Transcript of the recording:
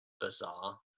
bizarre